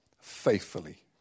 faithfully